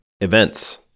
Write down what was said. Events